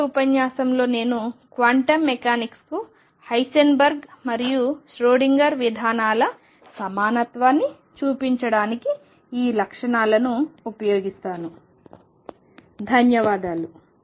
తదుపరి ఉపన్యాసంలో నేను క్వాంటం మెకానిక్స్కు హైసెన్బర్గ్ మరియు ష్రోడింగర్ విధానాల సమానత్వాన్ని చూపించడానికి ఈ లక్షణాలను ఉపయోగిస్తాను